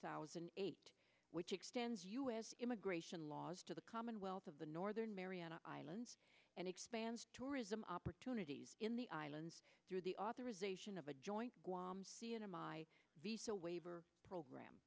thousand and eight which extends u s immigration laws to the commonwealth of the northern mariana islands and expand tourism opportunities in the islands through the authorization of a joint my visa waiver program